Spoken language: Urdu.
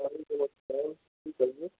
وعلیکم السلام جی کہیے